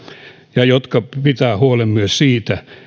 ja jotka pitävät huolen myös siitä